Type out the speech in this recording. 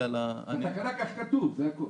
כך כתוב בתקנה.